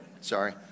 sorry